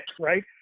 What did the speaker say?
right